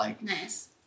Nice